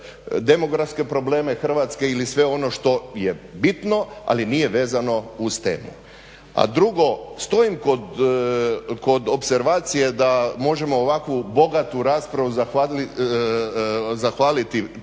demografske probleme Hrvatske ili sve ono što je bitno ali nije vezano uz temu. A drugo, stojim kod opservacije da možemo ovakvu bogatu raspravu zahvaliti TV prijenosu